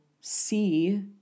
see